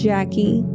Jackie